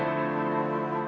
or